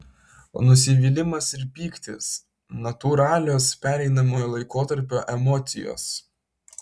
nusivylimas ir pyktis natūralios pereinamojo laikotarpio emocijos